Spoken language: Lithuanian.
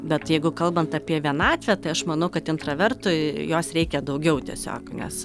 bet jeigu kalbant apie vienatvę tai aš manau kad intravertui jos reikia daugiau tiesiog nes